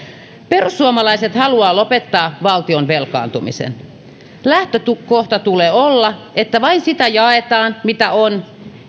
perussuomalaiset haluavat lopettaa valtion velkaantumisen lähtökohdan tulee olla että vain sitä jaetaan mitä on